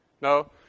No